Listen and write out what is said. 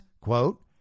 quote